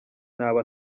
ntaba